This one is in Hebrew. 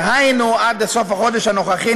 דהיינו עד לסוף החודש הנוכחי,